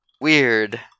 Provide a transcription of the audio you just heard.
Weird